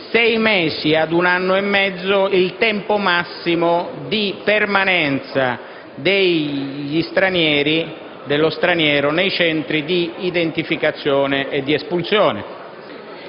sei mesi ad un anno e mezzo il tempo massimo di permanenza dello straniero nei centri di identificazione e di espulsione;